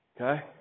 Okay